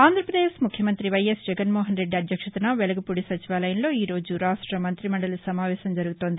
ఆంధ్ర పదేశ్ ముఖ్యమంత్రి వైఎస్ జగన్మోహన్రెడ్డి అధ్యక్షతన వెలగపూడి సచివాలయంలో ఈ రోజు రాష్ట మంత్రి మండలి సమావేశం జరుగుతోంది